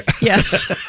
Yes